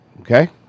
Okay